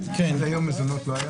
עד היום מזונות לא היה?